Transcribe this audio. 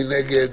מי נגד?